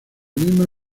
lima